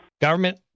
Government